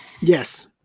Yes